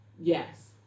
yes